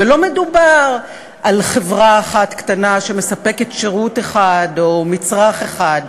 ולא מדובר על חברה אחת קטנה שמספקת שירות אחד או מצרך אחד.